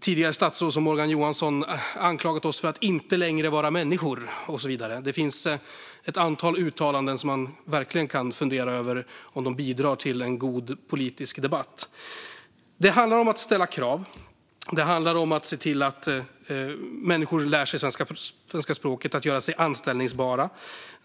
tidigare statsråd som Morgan Johansson anklagat oss för att inte längre vara människor och så vidare. Det finns ett antal uttalanden som man verkligen kan fundera över om de bidrar till en god politisk debatt. Det handlar om att ställa krav, och det handlar om att se till att människor lär sig svenska språket och gör sig anställbara.